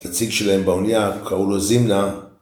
נציג שלהם באנייה, קראו לו זנייה